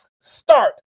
start